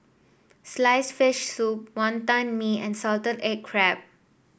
sliced fish soup Wantan Mee and Salted Egg Crab